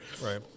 Right